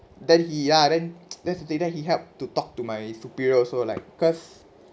then he ya then this then he helped to talk to my superior also like cause